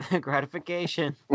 gratification